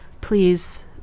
please